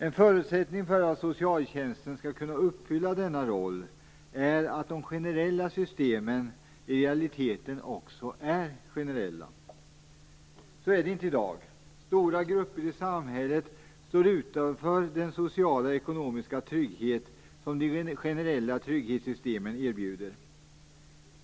En förutsättning för att socialtjänsten skall kunna uppfylla denna roll är att de generella systemen i realiteten också är generella. Så är det inte i dag. Stora grupper i samhället står utanför den sociala och ekonomiska trygghet som de generella trygghetssystemen erbjuder.